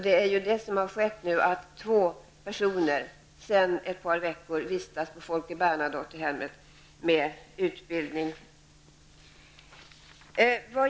Därför vistas nu sedan ett par veckor två personer på Folke Bernadotte-hemmet för utbildning.